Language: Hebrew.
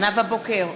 נאוה בוקר,